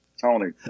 Tony